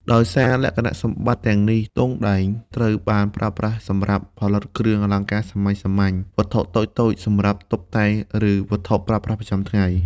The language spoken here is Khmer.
ដោយសារលក្ខណៈសម្បត្តិទាំងនេះ ទង់ដែងត្រូវបានប្រើប្រាស់សម្រាប់ផលិតគ្រឿងអលង្ការសាមញ្ញៗ វត្ថុតូចៗសម្រាប់តុបតែង ឬវត្ថុប្រើប្រាស់ប្រចាំថ្ងៃ។